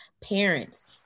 parents